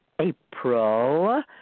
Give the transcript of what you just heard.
April